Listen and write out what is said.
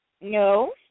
No